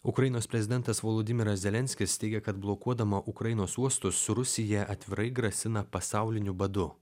ukrainos prezidentas volodimiras zelenskis teigia kad blokuodama ukrainos uostus rusija atvirai grasina pasauliniu badu